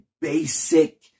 basic